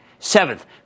Seventh